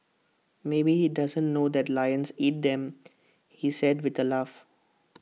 maybe he doesn't know that lions eat them he said with A laugh